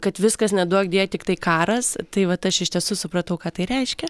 kad viskas neduokdie tiktai karas tai vat aš iš tiesų supratau ką tai reiškia